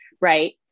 right